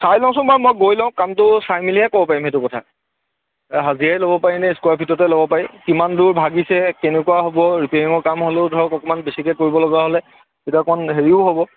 চাই লওঁচোন বাৰু মই গৈ লওঁ কামটো চাই মেলিহে মই ক'ব পাৰিম সেইটো কথা হাজিৰাই ল'ব পাৰি নে স্কোৱাৰ ফিটতে ল'ব পাৰি কিমান দূৰ ভাগিছে কেনেকুৱা হ'ব ৰিপেয়েৰিঙৰ কাম হ'লেও ধৰক অকণমান বেছিকৈ কৰিবলগা হ'লে তেতিয়া অকণ হেৰিও হ'ব